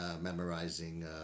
memorizing